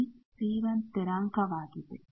ಇಲ್ಲಿ C1 ಸ್ಥಿರಾಂಕವಾಗಿದೆ